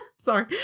sorry